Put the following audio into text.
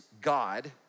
God